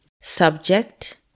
Subject